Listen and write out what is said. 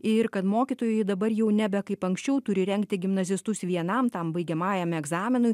ir kad mokytojai dabar jau nebe kaip anksčiau turi rengti gimnazistus vienam tam baigiamajam egzaminui